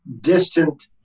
distant